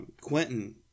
Quentin